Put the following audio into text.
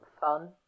fun